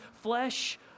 flesh